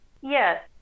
Yes